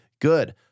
Good